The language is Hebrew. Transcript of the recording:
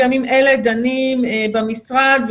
בימים אלה דנים במשרד,